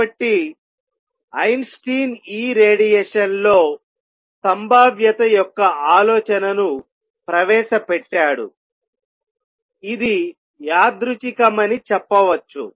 కాబట్టి ఐన్స్టీన్ ఈ రేడియేషన్లో సంభావ్యత యొక్క ఆలోచనను ప్రవేశపెట్టాడుఇది యాదృచ్ఛికమని చెప్పవచ్చు